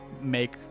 make